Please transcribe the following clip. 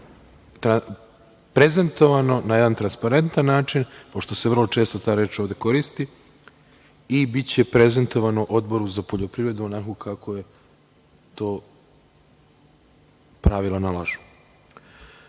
prezentovano na jedan transparentan način, pošto se vrlo često ta reč ovde koristi, i biće prezentovano Odboru za poljoprivredu onako kako to pravila nalažu. Što